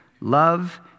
Love